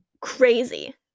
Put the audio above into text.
crazy